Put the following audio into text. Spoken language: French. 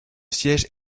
siège